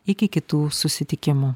iki kitų susitikimų